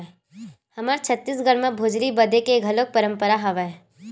हमर छत्तीसगढ़ म भोजली बदे के घलोक परंपरा हवय